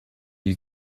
you